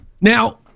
Now-